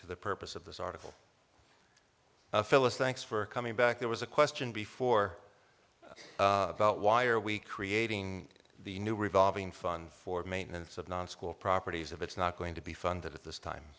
to the purpose of this article phyllis thanks for coming back there was a question before about why are we creating the new revolving fund for maintenance of non school properties of it's not going to be funded at this time